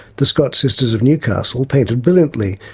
the scott sisters of newcastle painted brilliantly,